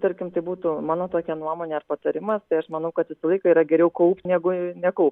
tarkim tai būtų mano tokia nuomonė ar patarimas tai aš manau kad visą laiką yra geriau kaupt negu nekaupt